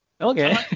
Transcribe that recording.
Okay